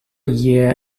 year